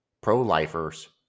pro-lifers